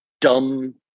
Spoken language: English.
dumb